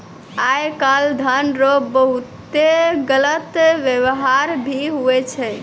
आय काल धन रो बहुते गलत वेवहार भी हुवै छै